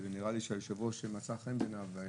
ונראה לי שזה מצא חן בעיני היושב-ראש,